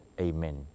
Amen